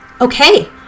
Okay